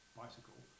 bicycle